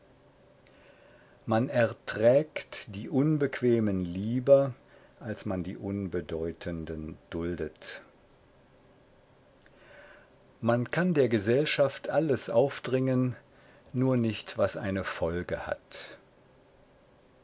man erträgt die unbequemen lieber als man die unbedeutenden duldet man kann der gesellschaft alles aufdringen nur nicht was eine folge hat